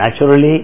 naturally